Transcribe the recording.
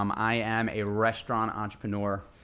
um i am a restaurant entrepreneur.